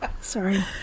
Sorry